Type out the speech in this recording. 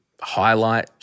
highlight